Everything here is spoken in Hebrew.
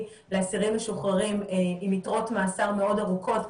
לאסירים משוחררים עם יתרות מאסר מאוד ארוכות,